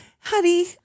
Honey